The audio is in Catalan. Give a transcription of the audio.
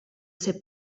ser